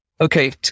Okay